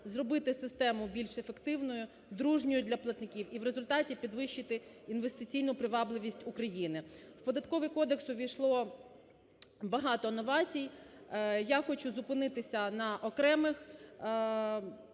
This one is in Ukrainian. зробити систему більш ефективною, дружньою для платників, і в результаті підвищити інвестиційну привабливість України. В Податковий кодекс увійшло багато новацій, я хочу зупинитися на окремих